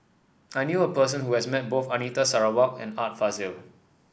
I knew a person who has met both Anita Sarawak and Art Fazil